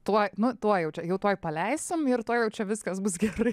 tuo nu tuoj jau čia jau tuoj paleisim ir tuoj jau čia viskas bus gerai